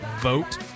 vote